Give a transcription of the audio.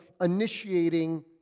initiating